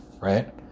right